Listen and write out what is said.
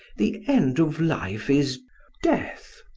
the end of life is death.